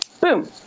boom